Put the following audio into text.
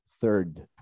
third